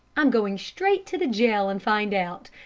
i'm going straight to the jail and find out.